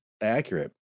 accurate